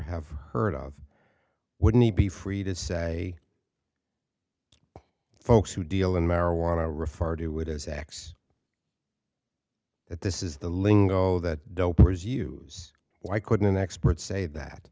have heard of wouldn't he be free to say folks who deal in marijuana refer to it as x that this is the lingo that dopers use why couldn't experts say that